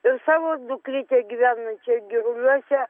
ir savo dukrytę gyvenančią giruliuose